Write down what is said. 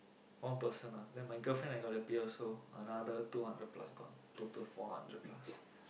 one person ah then my girlfriend I got a beer also another two hundred plus gone total four hundred plus